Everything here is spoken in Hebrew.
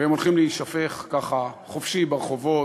והכספים הולכים להישפך, ככה, חופשי, ברחובות,